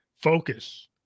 focus